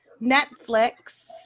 Netflix